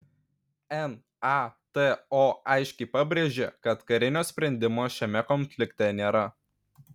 nato aiškiai pabrėžė kad karinio sprendimo šiame konflikte nėra